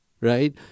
Right